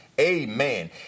Amen